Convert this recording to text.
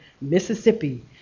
Mississippi